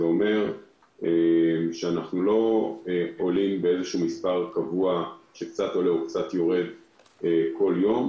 זה אומר שאנחנו לא עולים באיזשהו מספר קבוע שקצת עולה או יורד כל יום,